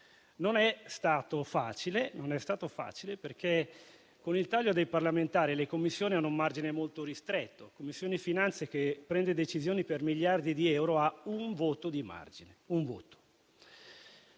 non è stato facile, perché con il taglio del numero dei parlamentari le Commissioni hanno un margine molto ristretto. La Commissione finanze, che prende decisioni per miliardi di euro, ha un voto di margine. Si era